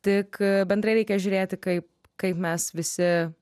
tik bendrai reikia žiūrėti kaip kaip mes visi